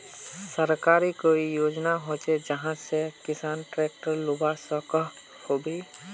सरकारी कोई योजना होचे जहा से किसान ट्रैक्टर लुबा सकोहो होबे?